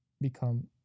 become